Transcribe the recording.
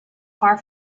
far